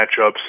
matchups